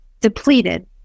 depleted